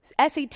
SAT